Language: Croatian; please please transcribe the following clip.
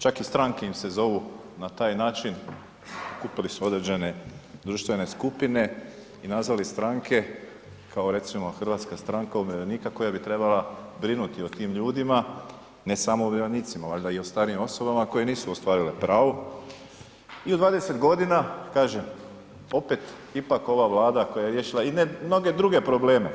Čak i stranke im se zovu na taj način, kupili su određene društvene skupine i nazvali stranke kao recimo Hrvatska stranka umirovljenika koja bi trebala brinuti o tim ljudima, ne samo o umirovljenicima valjda i o starijim osobama koje nisu ostvarile pravo i u 20 godina kažem opet ipak ova Vlada koja je riješila i mnoge druge probleme